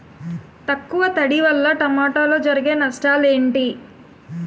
తక్కువ తడి వల్ల టమోటాలో జరిగే నష్టాలేంటి?